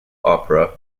opera